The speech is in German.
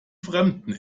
fremden